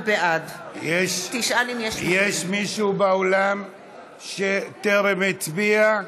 בעד יש מישהו באולם שטרם הצביע?